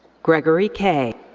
gregory kaye.